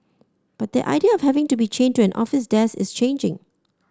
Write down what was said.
but that idea of having to be chained to an office desk is changing